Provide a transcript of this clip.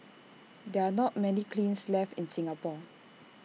there are not many kilns left in Singapore